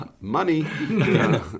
Money